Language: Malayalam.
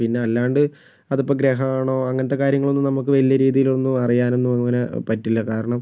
പിന്നെ അല്ലാണ്ട് അതിപ്പോൾ ഗ്രഹമാണോ അങ്ങനത്തെ കാര്യങ്ങളൊന്നും നമുക്ക് വലിയ രീതിയിലൊന്നും അറിയാനൊന്നും അങ്ങനെ പറ്റില്ല കാരണം